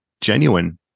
genuine